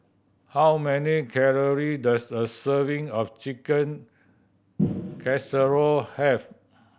how many calorie does a serving of Chicken Casserole have